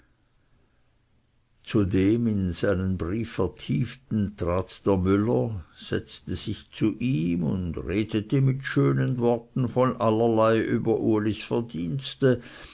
dem in seinen brief vertieften trat der müller setzte sich zu ihm und redete mit schönen worten von allerlei über ulis verdienste